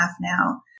now